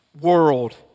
World